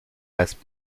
has